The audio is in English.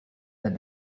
that